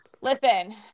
Listen